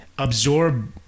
Absorb